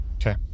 Okay